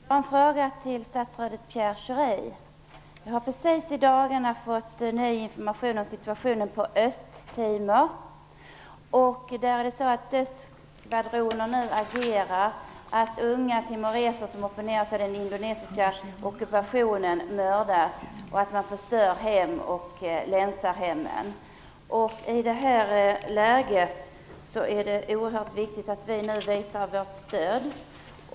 Herr talman! Jag har en fråga till statsrådet Pierre Jag har i dagarna fått ny information om situationen på Östtimor. Där agerar nu dödsskvadroner, unga timoreser som opponerar sig mot den indonesiska ockupationen mördas, och man länsar och förstör hemmen. I det läget är det oerhört viktigt att vi nu visar vårt stöd.